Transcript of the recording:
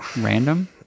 Random